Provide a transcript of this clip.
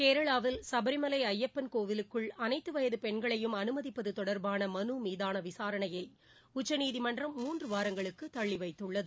கேரளாவில் சபரிமலை ஐயப்பன் கோவிலுக்குள் அனைத்து வயது பெண்களையும் அனுமதிப்பது தொடர்பான மனுமீதான விசாரணையை உச்சநீதிமன்றம் மூன்று வாரத்திற்கு தள்ளி வைத்துள்ளது